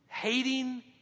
Hating